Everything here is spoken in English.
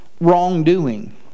wrongdoing